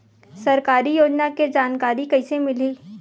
सरकारी योजना के जानकारी कइसे मिलही?